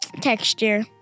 texture